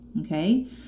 okay